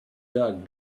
dog